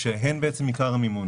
שהן בעצם עיקר המימון.